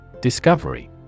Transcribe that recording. Discovery